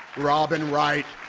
robin wright.